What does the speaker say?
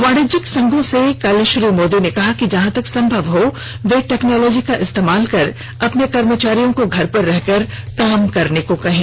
वाणिज्य संघों से कल श्री मोदी ने कहा कि जहां तक सम्भव हो वे टेक्नोलोजी का इस्तेमाल कर अपने कर्मचारियों को घर पर रहकर काम करने को कहें